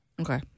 Okay